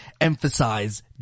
emphasize